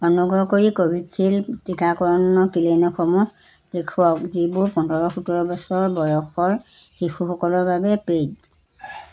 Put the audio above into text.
অনুগ্ৰহ কৰি কোভিচিল্ড টীকাকৰণৰ ক্লিনিকসমূহ দেখুৱাওক যিবোৰ পোন্ধৰ সোতৰ বছৰ বয়সৰ শিশুসকলৰ বাবে পে'ইড